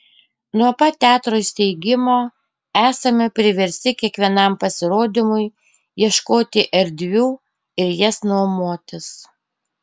nuo pat teatro įsteigimo esame priversti kiekvienam pasirodymui ieškoti erdvių ir jas nuomotis